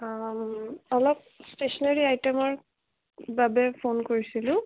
অলপ ষ্টেচনাৰী আইটেমৰ বাবে ফোন কৰিছিলোঁ